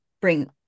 bring